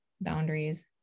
boundaries